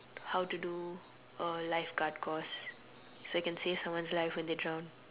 how to do a lifeguard course so I can save someone's life when they drown